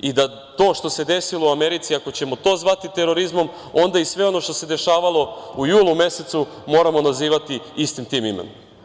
i da to što se desilo u Americi, ako ćemo to zvati terorizmom, onda i sve ono što se dešavalo u julu mesecu moramo nazivati istim tim imenom.